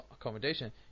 accommodation